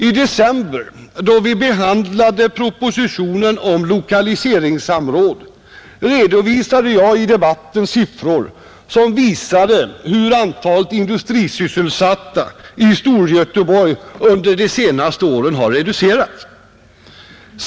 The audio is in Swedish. I december då vi behandlade propositionen om lokaliseringssamråd redovisade jag i debatten siffror som angav hur antalet industrisysselsatta i Storgöteborg under de senaste åren har reducerats.